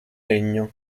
legno